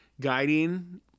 guiding